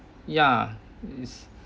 ya is